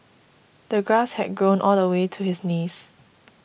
the grass had grown all the way to his knees